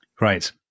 Right